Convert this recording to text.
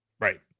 Right